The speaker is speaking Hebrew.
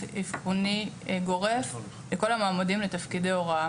אבחוני גורף לכל המועמדים לתפקידי הוראה.